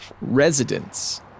residents